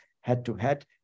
head-to-head